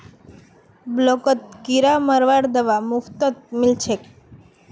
ब्लॉकत किरा मरवार दवा मुफ्तत मिल छेक